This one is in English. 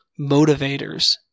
motivators